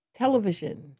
Television